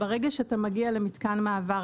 ברגע שאתה מגיע למתקן מעבר,